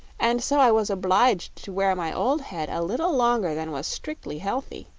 and so i was obliged to wear my old head a little longer than was strictly healthy.